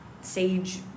sage